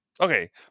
Okay